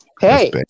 hey